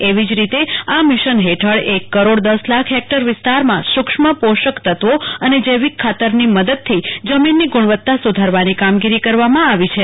એવી જ રીતે આ મિશન હેઠળ એક કરોડ દશ લાખ હેકટર વિસ્તારમાં સૂક્ષ્મ પાંષક તત્વો અને જૈવિક ખાતરની મદદથી જમોનની ગુણવતા સુધારવાની કામગીરી કરવામાં આવી છે